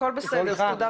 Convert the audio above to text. הכל בסדר.